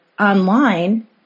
online